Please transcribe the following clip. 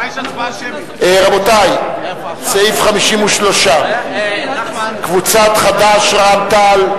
רבותי, סעיף 53, קבוצת חד"ש, רע"ם-תע"ל,